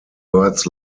words